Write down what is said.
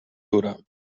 dura